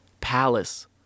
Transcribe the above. Palace